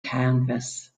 canvas